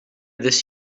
this